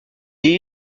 est